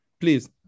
please